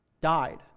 died